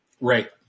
Right